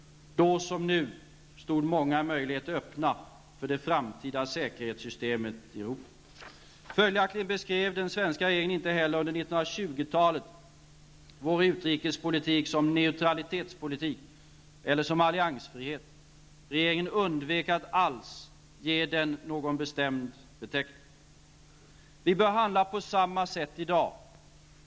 Då som nu stod många möjligheter öppna för det framtida säkerhetssystemet i Europa. Följaktligen beskrev den svenska regeringen inte heller under 1920-talet vår utrikespolitik som ''neutralitetspolitik'' eller som ''alliansfrihet''. Regeringen undvek att alls ge den någon bestämd beteckning. Vi bör handla på samma sätt i dag.